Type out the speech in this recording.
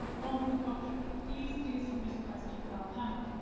on the contrary, please do submit a question for our panel.